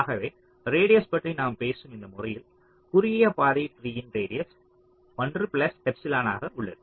ஆகவே ரேடியஸ் பற்றி நான் பேசும் இந்த முறையில் குறுகிய பாதை ட்ரீயின் ரேடியஸ் 1 பிளஸ் எப்சிலன் ஆக உள்ளது